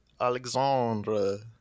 Alexandre